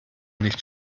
nicht